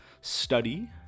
study